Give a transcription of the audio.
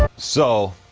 ah so.